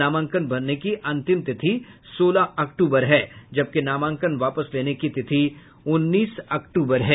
नामांकन भरने की अंतिम तिथि सोलह अक्टूबर है जबकि नामांकन वापस लेने की तिथि उन्नीस अक्टूबर है